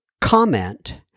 comment